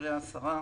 מדברי השרה.